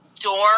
door